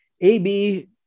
AB